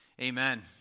amen